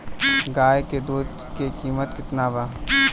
गाय के दूध के कीमत केतना बा?